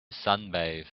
sunbathe